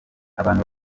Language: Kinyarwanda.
abantu